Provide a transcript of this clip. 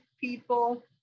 people